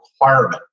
requirement